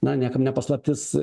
na niekam ne paslaptis